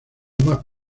más